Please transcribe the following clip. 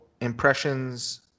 impressions